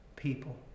people